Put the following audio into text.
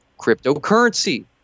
Cryptocurrency